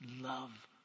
love